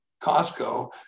Costco